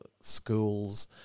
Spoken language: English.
schools